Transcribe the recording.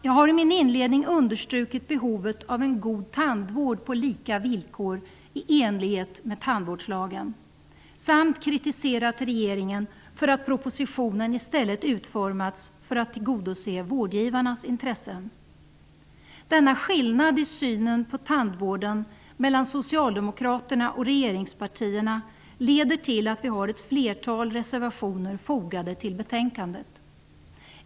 Jag har i min inledning understrukit behovet av en god tandvård på lika villkor i enlighet med tandvårdslagen, samt kritiserat regeringen för att propositionen i stället har utformats för att tillgodose vårdgivarnas intressen. Denna skillnad i synen på tandvården mellan Socialdemokraterna och regeringspartierna leder till att vi har ett flertal reservationer fogade till betänkandet.